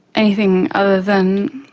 anything other than